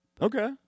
Okay